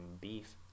beef